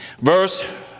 Verse